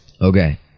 Okay